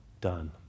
done